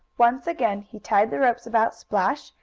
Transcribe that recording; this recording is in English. once again he tied the ropes about splash,